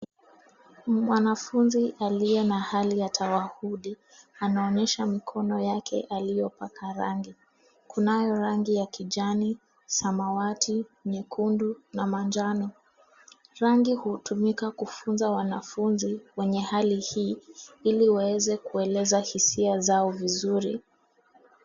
Mwanafunzi aliye na hali ya tawahudi, anaonyesha mikono yake aliyopaka rangi. Kunayo rangi ya kijani, samawati, nyekundu na manjano. Rangi hutumika kufunza wanafunzi wenye hali hii, iliwaeze kueleza hisia zao vizuri.